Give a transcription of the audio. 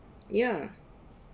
ya